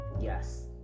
Yes